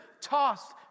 tossed